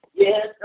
yes